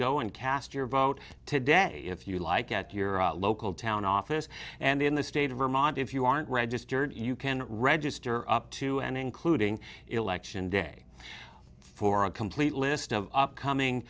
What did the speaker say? go and cast your vote today if you like at your local town office and in the state of vermont if you aren't registered you can register up to and including election day for a complete list of upcoming